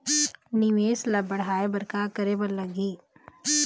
निवेश ला बड़हाए बर का करे बर लगही?